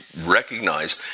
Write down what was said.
recognize